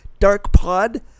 DARKPOD